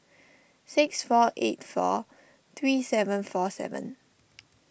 six four eight four three seven four seven